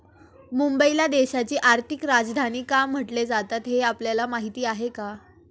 मुंबईला देशाची आर्थिक राजधानी का म्हटले जाते, हे आपल्याला माहीत आहे का?